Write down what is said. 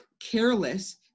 careless